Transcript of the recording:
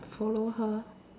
follow her